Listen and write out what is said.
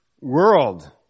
world